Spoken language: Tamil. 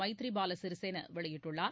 மைத்ரி பால சிறிசேனா வெளியிட்டுள்ளார்